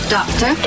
Doctor